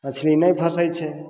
मछली नहि फसय छै